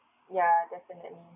ya definitely